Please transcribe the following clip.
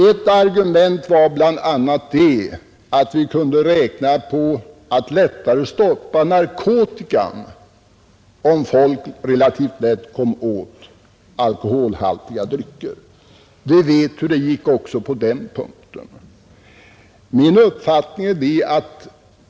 Ett argument var att vi kunde räkna med att lättare stoppa bruket av narkotika, om folk relativt lätt kunde komma över alkoholhaltiga drycker. Vi vet hur det gick också på den punkten.